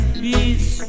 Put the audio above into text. peace